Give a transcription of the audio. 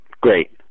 great